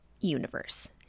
universe